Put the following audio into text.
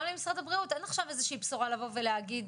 גם למשרד הבריאות אין עכשיו איזו שהיא בשורה לבוא ולהגיד.